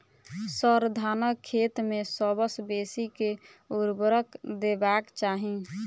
sir, धानक खेत मे सबसँ बेसी केँ ऊर्वरक देबाक चाहि